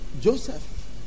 Joseph